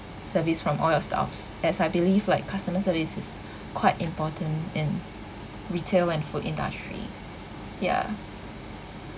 service from all your staffs as I believe like customer service is quite important in retail and food industry ya